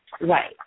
Right